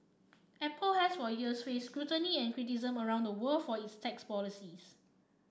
Apple has for years faced scrutiny and criticism around the world for its tax policies